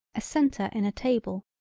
a centre in a table.